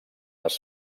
les